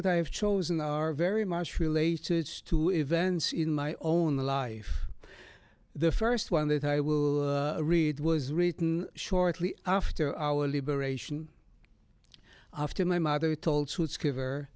that i have chosen are very much related to events in my own life the first one that i will read was written shortly after our liberation after my mother told suit's quiver